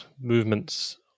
movements